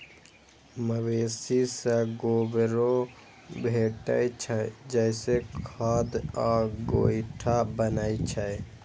मवेशी सं गोबरो भेटै छै, जइसे खाद आ गोइठा बनै छै